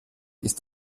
ist